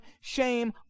shame